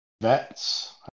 Vets